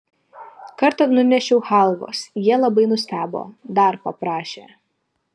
kartą nunešiau chalvos jie labai nustebo dar paprašė